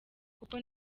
kuko